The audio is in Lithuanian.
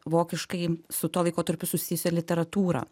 vokiškai su tuo laikotarpiu susijusią literatūrą